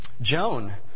Joan